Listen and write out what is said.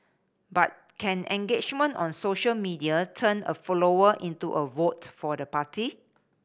but can engagement on social media turn a follower into a vote for the party